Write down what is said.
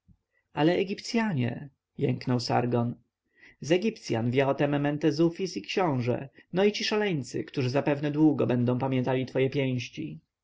ale egipcjanie jęknął sargon z egipcjan wie o tem mentezufis i książę no i ci szaleńcy którzy zapewne długo będą pamiętali twoje pięści